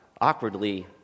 Awkwardly